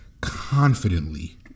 confidently